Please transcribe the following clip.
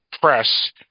press